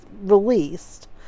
released